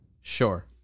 Sure